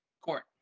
Court